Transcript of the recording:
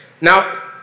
Now